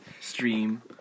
stream